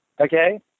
Okay